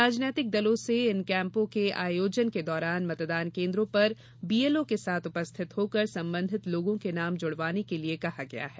राजनैतिक दलों से इन कैंपों के आयोजन के दौरान मतदान केन्द्रों पर बीएलओ के साथ उपस्थित होकर संबंधित लोगों के नाम जुड़वाने के लिए कहा गया है